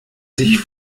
sich